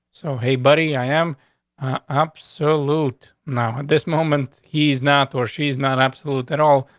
so hey, buddy, i am absolute. now, at this moment, he's not or she is not absolute at all.